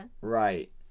Right